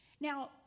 Now